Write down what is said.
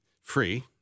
free